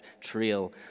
trail